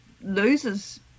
loses